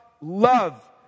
love